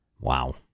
Wow